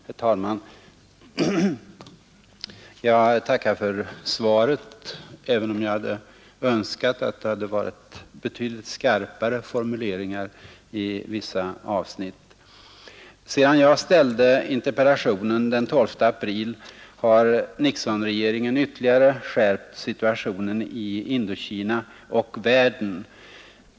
Herr talman! Jag tackar för svaret, även om jag hade önskat att formuleringarna varit betydligt skarpare i vissa avsnitt. Sedan jag framställde interpellationen den 12 april har Nixonregeringen ytterligare skärpt situationen i Indokina och världen.